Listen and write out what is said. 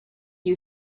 you